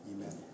Amen